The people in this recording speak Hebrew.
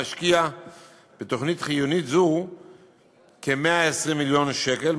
משקיע בתוכנית חיונית זו כ-120 מיליון שקל,